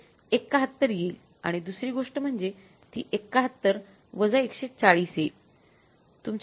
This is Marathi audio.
हे ७१ येईल आणि दुसरी गोष्ट म्हणजे ती ७१ १४० येईल